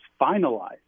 finalized